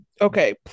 Okay